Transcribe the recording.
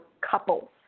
couples